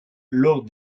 lors